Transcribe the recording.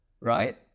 right